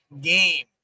game